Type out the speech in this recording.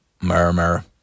murmur